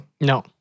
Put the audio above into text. No